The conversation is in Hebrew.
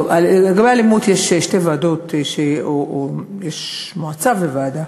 לגבי אלימות, יש שתי ועדות, או מועצה וועדה: